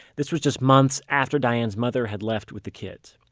this was just months after diane's mother had left with the kids.